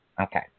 Okay